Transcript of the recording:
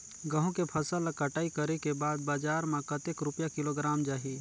गंहू के फसल ला कटाई करे के बाद बजार मा कतेक रुपिया किलोग्राम जाही?